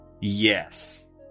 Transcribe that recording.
Yes